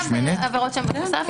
גם אם אלה עבירות שבתוספת.